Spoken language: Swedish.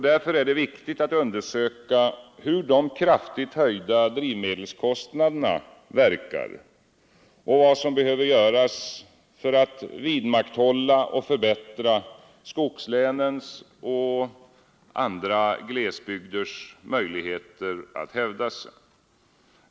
Därför är det viktigt att undersöka hur de kraftigt höjda drivmedelskostnaderna verkar och vad som behöver göras för att vidmakthålla och förbättra skogslänens och andra glesbygders möjligheter att hävda sig.